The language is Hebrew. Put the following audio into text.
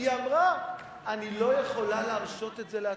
היא אמרה: אני לא יכולה להרשות את זה לעצמי.